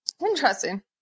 interesting